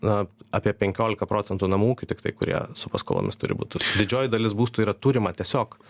na apie penkiolika procentų namų ūkių tiktai kurie su paskolomis turi butus didžioji dalis būstų yra turima tiesiog